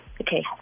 Okay